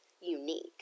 unique